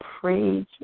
praise